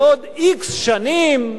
בעודx שנים,